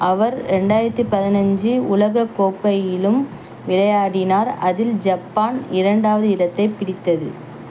அவர் ரெண்டாயிரத்து பதினஞ்சு உலகக் கோப்பையிலும் விளையாடினார் அதில் ஜப்பான் இரண்டாவது இடத்தைப் பிடித்தது